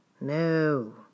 No